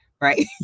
Right